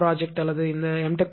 Tech திட்டம் அல்லது இந்த M